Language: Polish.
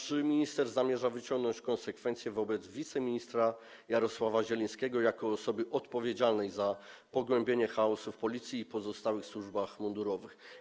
Czy minister zamierza wyciągnąć konsekwencje wobec wiceministra Jarosław Zielińskiego jako osoby odpowiedzialnej za pogłębienie chaosu w Policji i pozostałych służbach mundurowych?